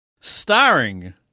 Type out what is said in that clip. Starring